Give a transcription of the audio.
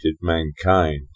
mankind